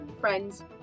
friends